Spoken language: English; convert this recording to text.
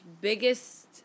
biggest